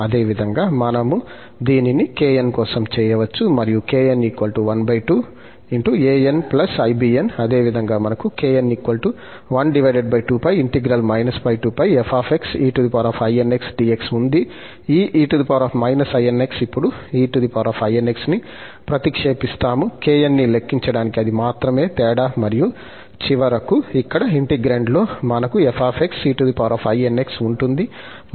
అదేవిధంగా మనము దీనిని kn కోసం చేయవచ్చు మరియు kn 12 an i bn అదేవిధంగా మనకు ఉంది ఈ e inx ఇప్పుడు einx ని ప్రతిక్షేపిస్తాము kn ని లెక్కించడానికి అది మాత్రమే తేడా మరియు చివరకు ఇక్కడ ఇంటిగ్రేండ్లో మనకు f einx ఉంటుంది